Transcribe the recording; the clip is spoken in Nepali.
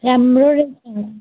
राम्रो रहेछ